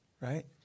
Right